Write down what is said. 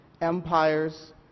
empires